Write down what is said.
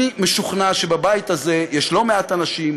אני משוכנע שבבית הזה יש לא מעט אנשים,